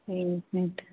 ठीक हइ तऽ